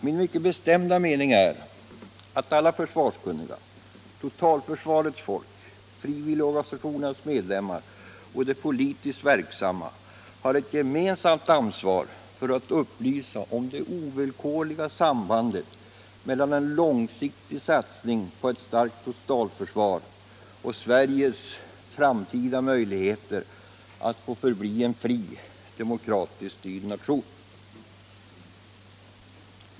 Min mycket bestämda mening är att alla försvarskunniga —- totalförsvarets folk, frivilligorganisationernas medlemmar och de politiskt verksamma — har ett gemensamt ansvar för att upplysa om det ovillkorliga sambandet mellan en långsiktig satsning på ett starkt totalförsvar och Sveriges framtida möjligheter att få förbli en fri, demokratiskt styrd nation.